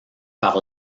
par